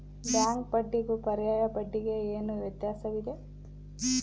Bank ಬಡ್ಡಿಗೂ ಪರ್ಯಾಯ ಬಡ್ಡಿಗೆ ಏನು ವ್ಯತ್ಯಾಸವಿದೆ?